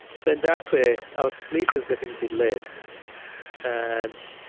so, in that way, our sleep is getting delayed and,